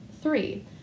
Three